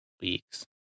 Weeks